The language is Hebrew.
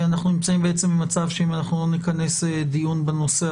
אנחנו נמצאים במצב שאם אנחנו לא נכנס דיון בנושא,